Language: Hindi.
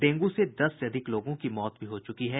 डेंगू से दस से अधिक लोगों की मौत भी हो चुकी है